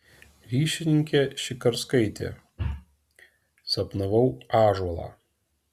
ryšininkė šikarskaitė sapnavau ąžuolą